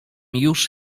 już